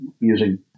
using